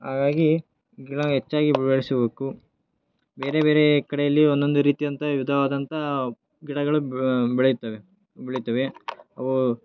ಹಾಗಾಗಿ ಗಿಡವ ಹೆಚ್ಚಾಗಿ ಬೆಳೆಸಬೇಕು ಬೇರೆ ಬೇರೆ ಕಡೆಯಲ್ಲಿ ಒಂದೊಂದು ರೀತಿಯಂಥ ವಿಧವಾದಂಥ ಗಿಡಗಳು ಬೆಳೆಯುತ್ತವೆ ಬೆಳೆಯುತ್ತವೆ ಅವು